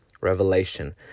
Revelation